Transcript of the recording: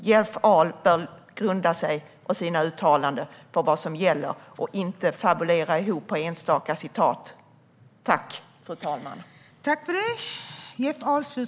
Jeff Ahl bör grunda sina uttalanden på vad som gäller och inte fabulera ihop något med enstaka citat.